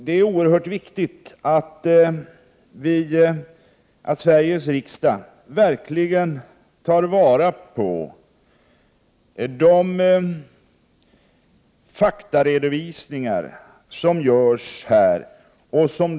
Det är oerhört viktigt att Sveriges riksdag verkligen uppmärksammar de faktaredovisningar som görs.